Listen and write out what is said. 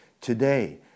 today